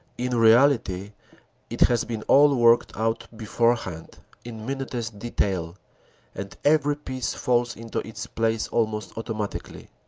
in reality it has been all worked out beforehand in minutest detail and every piece falls into its place almost automatically.